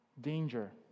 danger